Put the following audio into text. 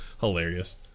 Hilarious